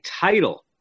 title